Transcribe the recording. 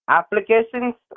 applications